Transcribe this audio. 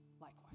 likewise